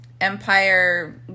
empire